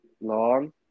long